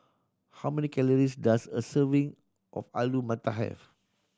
how many calories does a serving of Alu Matar have